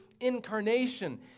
incarnation